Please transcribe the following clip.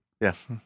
Yes